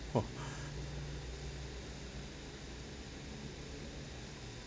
!wah!